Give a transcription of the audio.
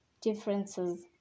differences